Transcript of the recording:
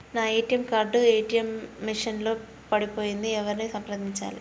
నా ATM card ATM machine లో పడిపోయింది ఎవరిని సంప్రదించాలి?